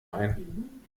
ein